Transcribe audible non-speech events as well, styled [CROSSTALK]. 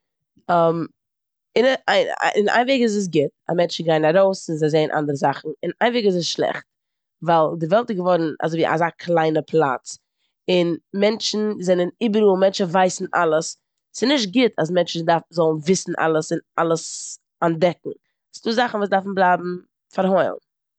[HESITATION] און [HESITATION] [UNINTELLIGIBLE] און איין וועג איז עס גוט אז מענטשן גייען ארויס און זיי זעען אנדערע זאכן. און איין וועג איז עס שלעכט ווייל די וועלט איז געוארן אזא קליינע פלאץ און מענטשן זענען איבעראל, מענטשן ווייסן אלעס. ס'נישט גוט אז מענטשן דא- זאלן וויסן אלעס און אלעס אנטדעקן. ס'דא זאכן וואס דארפן בלייבן פארהוילן.